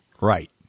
Right